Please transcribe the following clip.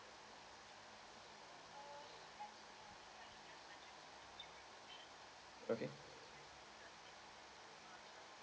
okay